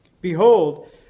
Behold